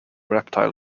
reptile